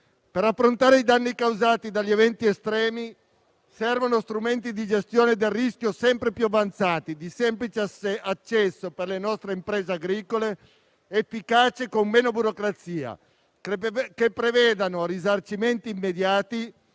Per affrontare i danni causati dagli eventi estremi servono strumenti di gestione del rischio sempre più avanzati, di semplice accesso per le nostre imprese agricole, efficaci e con meno burocrazia, che prevedano risarcimenti immediati